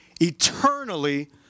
eternally